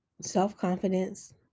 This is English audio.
self-confidence